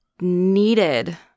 needed